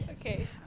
Okay